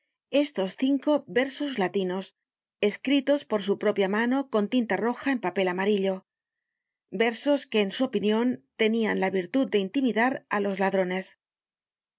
estos cinco versos latinos escritos por su propia mano con tinta roja en papel amarillo versos que en su opinion tenían la virtud de intimidar á los ladrones